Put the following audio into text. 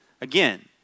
Again